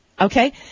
Okay